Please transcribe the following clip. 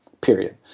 period